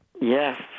Yes